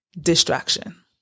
Distraction